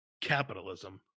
capitalism